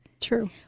True